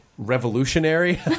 revolutionary